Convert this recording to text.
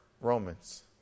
Romans